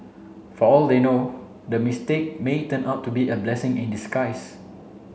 for all they know the mistake may turn out to be a blessing in disguise